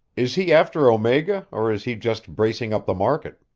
is he after omega, or is he just bracing up the market?